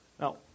Now